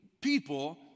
people